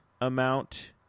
amount